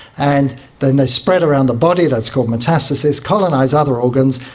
and then they spread around the body, that's called metastasis, colonise other organs,